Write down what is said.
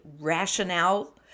rationale